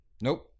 Nope